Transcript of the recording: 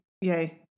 yay